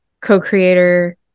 co-creator